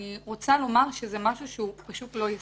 אני רוצה לומר שזה משהו שהוא פשוט לא ישים.